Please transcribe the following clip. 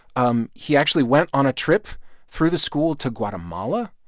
um he actually went on a trip through the school to guatemala.